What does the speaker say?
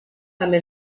també